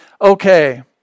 Okay